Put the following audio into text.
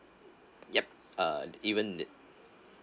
yup uh even the